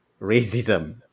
Racism